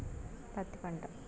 పత్తి పంట